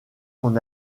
son